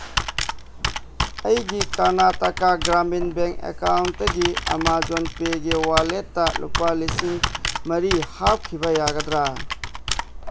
ꯑꯩꯒꯤ ꯀꯔꯅꯇꯀꯥ ꯒ꯭ꯔꯥꯃꯤꯟ ꯕꯦꯡꯛ ꯑꯦꯀꯥꯎꯟꯇꯒꯤ ꯑꯥꯃꯥꯖꯣꯟ ꯄꯦꯒꯤ ꯋꯥꯂꯦꯠꯇ ꯂꯨꯄꯥ ꯂꯤꯁꯤꯡ ꯃꯔꯤ ꯍꯥꯞꯈꯤꯕ ꯌꯥꯒꯗ꯭ꯔꯥ